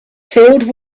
filled